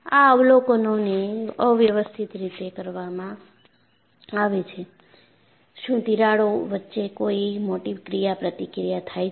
આ અવલોકનને અવ્યવસ્થિત રીતે કરવામાં આવે છે શું તિરાડો વચ્ચે કોઈ મોટી ક્રિયાપ્રતિક્રિયા થાય છે